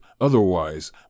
otherwise